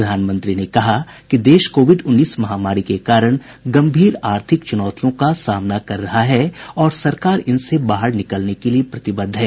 प्रधानमंत्री ने कहा कि देश कोविड उन्नीस महामारी के कारण गंभीर आर्थिक चुनौतियों का सामना कर रहा है और सरकार इन से बाहर निकलने के लिए प्रतिबद्ध है